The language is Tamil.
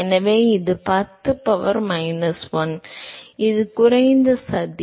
எனவே இது 10 பவர் மைனஸ் 1 இது குறைந்த சதி